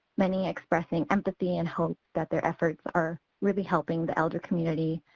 many expressed empathy and hope that their efforts are really helping the elder community.